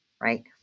right